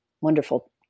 wonderful